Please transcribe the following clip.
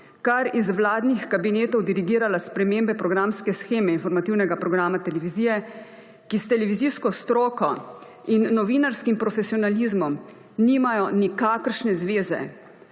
kar iz vladnih kabinetov dirigirala spremembe programske sheme informativnega programa televizije, ki s televizijsko stroko in novinarskim profesionalizmom nimajo nikakršne zveze.